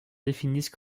définissent